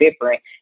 different